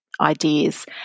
ideas